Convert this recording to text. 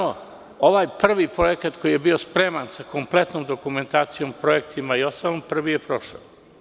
Ovaj prvi projekat koji je bio spreman sa kompletnom dokumentacijom i ostalom je prvi prošao.